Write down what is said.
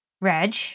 Reg